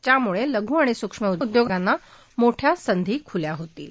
त्यामुळे लघु आणि सूक्षम उदयोगांना मोठया संधी खुल्या होतील